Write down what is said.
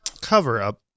Cover-up